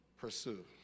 pursue